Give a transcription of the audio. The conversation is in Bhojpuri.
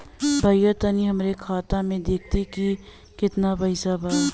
भईया तनि हमरे खाता में देखती की कितना पइसा बा?